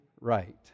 right